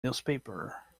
newspaper